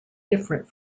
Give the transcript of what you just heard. different